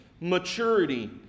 maturity